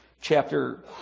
chapter